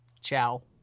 Ciao